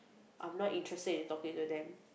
I'm not interested in talking to them